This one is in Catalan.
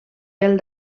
pel